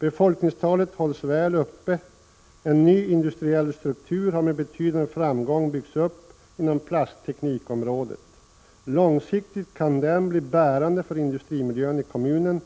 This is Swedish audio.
Befolkningstalet hålls väl uppe. En ny industriell struktur har med betydande framgång byggts upp inom plastteknikområdet. Långsiktigt kan den bli bärande för industrimiljön i kommunen,